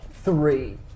Three